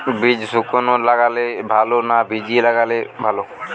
বীজ শুকনো লাগালে ভালো না ভিজিয়ে লাগালে ভালো?